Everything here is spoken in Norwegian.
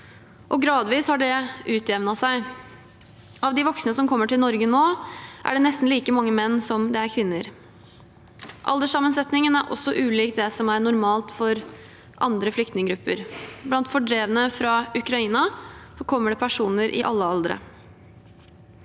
Gradvis har dette utjevnet seg. Av de voksne som kommer til Norge nå, er det nesten like mange menn som det er kvinner. Alderssammensetningen er også ulik det som er normalt for andre flyktninggrupper. Blant fordrevne fra Ukraina kommer det personer i alle aldre.